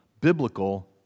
biblical